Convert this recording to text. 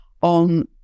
on